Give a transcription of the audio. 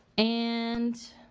and,